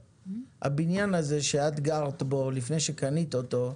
הבניין הזה שגרת בו, לפני שקנית אותו,